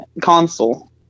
console